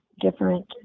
different